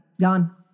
Gone